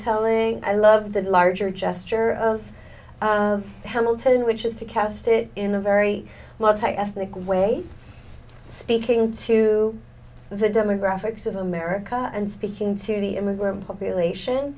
storytelling i love the larger gesture of hamilton which is to cast it in a very loving ethnic way speaking to the demographics of america and speaking to the immigrant population